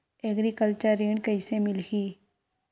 Agriculture ऋण कइसे मिलही?